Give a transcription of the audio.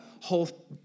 whole